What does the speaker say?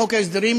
בחוק ההסדרים,